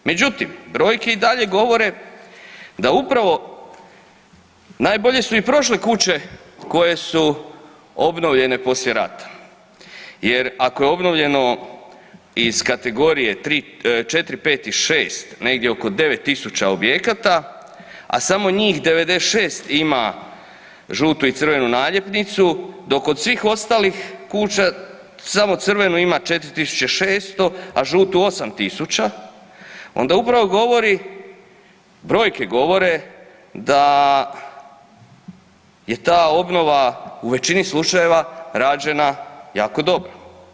Međutim brojke i dalje govore da upravo najbolje su i prošle kuće koje su obnovljene poslije rata jer ako je obnovljeno iz kategorije III, IV, V i VI, negdje oko 9000 objekata a samo njih 96 ima žutu i crvenu naljepnicu, dok kod svih ostalih kuća samo crvenu ima 4600 a žutu 8000, onda upravo govorim, brojke govore da je ta obnova u većini slučajeva rađena jako dobro.